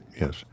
yes